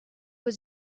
was